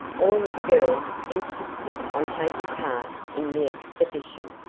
all of the girls insisted on taking part in the expedition.